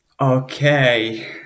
Okay